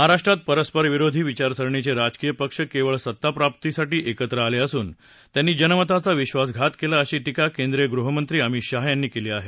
महाराष्ट्रात परस्परविरोधी विचारसरणीचे राजकीय पक्ष केवळ सत्ताप्राप्तीसाठी एकत्र आले असून त्यांनी जनमताचा विश्वासघात केला अशी टीका केंद्रीय गृहमंत्री अमित शहा यांनी केली आहे